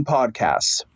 Podcasts